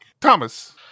Thomas